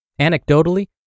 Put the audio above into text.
Anecdotally